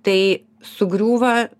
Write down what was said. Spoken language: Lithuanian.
tai sugriūva